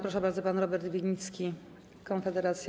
Proszę bardzo, pan Robert Winnicki, Konfederacja.